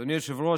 ישראל.